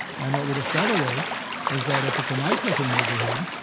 and what we discover is is that, if it's a nice-looking neighborhood,